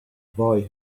boy